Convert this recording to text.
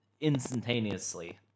instantaneously